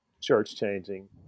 church-changing